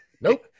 Nope